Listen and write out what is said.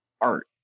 art